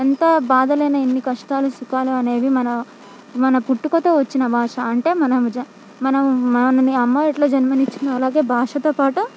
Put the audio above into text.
ఎంత బాధలయినా ఎన్ని కష్టాలు సుఖాలు అనేవి మన మన పుట్టుకతో వచ్చిన భాష అంటే మనం జ మనం మన అమ్మ ఎట్లా జన్మనిచ్చిందో అలాగే భాషతో పాటు